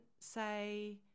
say